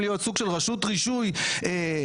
להיות סוג של רשות רישוי מצומצמת,